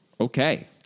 Okay